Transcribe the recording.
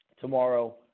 tomorrow